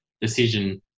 decision